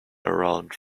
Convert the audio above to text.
around